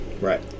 Right